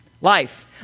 Life